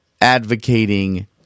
advocating